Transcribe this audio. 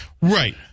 right